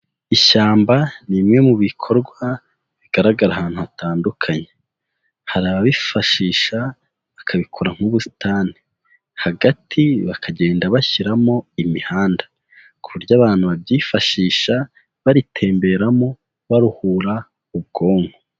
Ishyamba ni imwe mu bikorwa bigaragara ahantu hatandukanye. Hari ababifashisha bakabikora nk'ubusitani. Hagati bakagenda bashyiramo imihanda ku buryo abantu babyifashisha, baritemberamo, baruhura ubwonko.